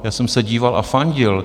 Já jsem se díval a fandil.